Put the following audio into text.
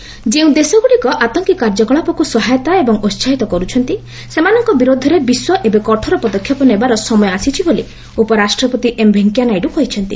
vice president Karnataka ଯେଉଁ ଦେଶଗ୍ରଡ଼ିକ ଆତଙ୍କୀ କାର୍ଯ୍ୟକଳାପକ୍ତ ସହାୟତା ଏବଂ ଉସାହିତ କରୁଛନ୍ତି ସେମାନଙ୍କ ବିରୋଧରେ ବିଶ୍ୱ ଏବେ କଠୋର ପଦକ୍ଷେପ ନେବାର ସମୟ ଆସିଛି ବୋଲି ଉପରାଷ୍ଟ୍ରପତି ଏମ୍ ଭେଙ୍କିୟା ନାଇଡୁ କହିଛନ୍ତି